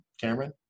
Cameron